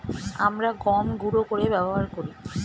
আমরা গম গুঁড়ো করে ব্যবহার করি